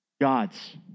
God's